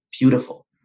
beautiful